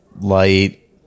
light